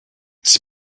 sie